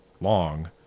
long